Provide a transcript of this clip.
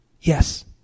yes